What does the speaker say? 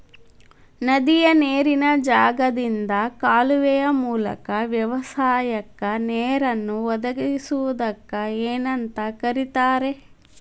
ನದಿಯ ನೇರಿನ ಜಾಗದಿಂದ ಕಾಲುವೆಯ ಮೂಲಕ ವ್ಯವಸಾಯಕ್ಕ ನೇರನ್ನು ಒದಗಿಸುವುದಕ್ಕ ಏನಂತ ಕರಿತಾರೇ?